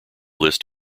list